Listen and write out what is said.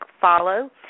follow